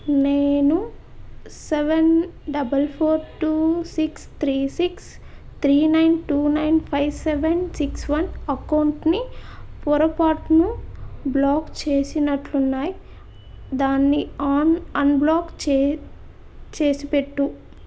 నేను seven double four two six three six three nine two nine five seven six one అకౌంట్ని పొరపాటున block చేసినట్టు ఉన్నాయ్ దాన్ని ఆన్ అన్బ్లాక్ చే చేసి పెట్టు